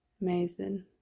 Amazing